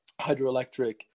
hydroelectric